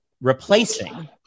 replacing